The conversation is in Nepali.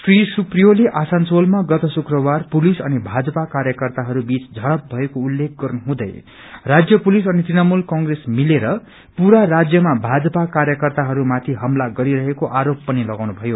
श्री सुप्रियोले आसनसोलमा गत शुक्रबार पुलिस अनि भाजपा कार्यकर्ताहस्बीच झड़प भएको उल्लेख गर्नु हुँदै राज्य पुलिस अनि तृणमूल कंप्रेस मिलेर पुरा राज्यमा भाजपा कार्यकर्ताहरू माँथि हमला गरिरहेको आरोप पनि लगाउनु भयो